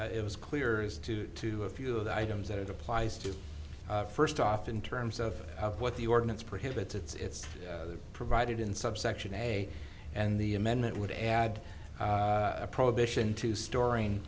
it was clear as to to a few of the items that it applies to first off in terms of what the ordinance prohibits it's provided in subsection a and the amendment would add a prohibition to storing